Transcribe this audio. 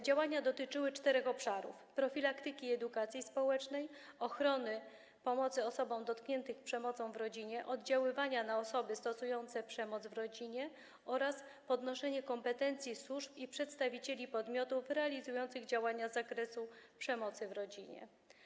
Działania dotyczyły czterech obszarów: profilaktyki i edukacji społecznej, ochrony osób dotkniętych przemocą w rodzinie i pomocy tym osobom, oddziaływania na osoby stosujące przemoc w rodzinie oraz podnoszenia kompetencji służb i przedstawicieli podmiotów realizujących działania z zakresu przemocy w rodzinie.